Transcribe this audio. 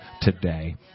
today